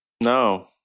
no